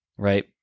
Right